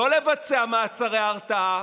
לא לבצע מעצרי הרתעה,